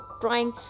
trying